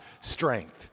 strength